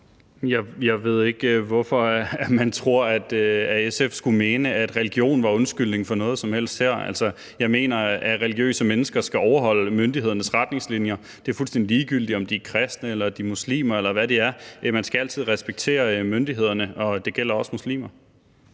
Jeg ved ikke, hvorfor man tror, at SF skulle mene, at religion var en undskyldning for noget som helst her. Jeg mener, at religiøse mennesker skal overholde myndighedernes retningslinjer. Det er fuldstændig ligegyldigt, om de er kristne eller muslimer, eller hvad de er. Man skal altid respektere myndighederne, og det gælder også muslimer.